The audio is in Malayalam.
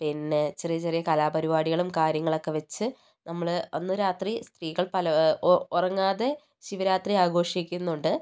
പിന്നെ ചെറിയ ചെറിയ കലാപരിപാടികളും കാര്യങ്ങളൊക്കെ വെച്ച് നമ്മള് അന്ന് രാത്രി സ്ത്രീകൾ പല ഉറങ്ങാതെ ശിവരാത്രി ആഘോഷിക്കുന്നുണ്ട്